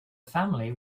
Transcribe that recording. family